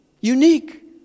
Unique